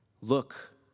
Look